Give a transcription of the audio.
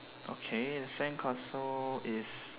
okay sandcastle is